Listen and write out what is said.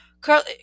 Carly